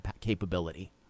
capability